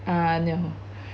uh no